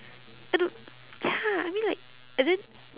I don't ya I mean like and then